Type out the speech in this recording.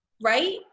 Right